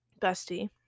bestie